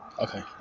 Okay